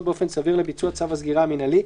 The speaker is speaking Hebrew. באופן סביר לביצוע צו הסגירה המינהלי,